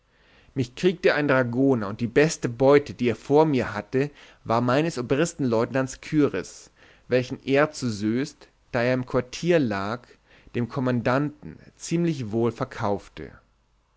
mich kriegte ein dragoner und die beste beute die er von mir hatte war meines obristenleutenants küriß welchen er zu soest da er im quartier lag dem kommandanten ziemlich wohl verkaufte